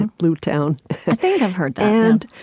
and blue town i think i've heard and